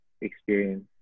experience